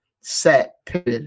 set